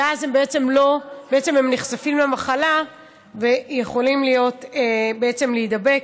ואז הם נחשפים למחלה ויכולים להידבק,